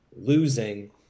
losing